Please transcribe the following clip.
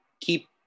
keep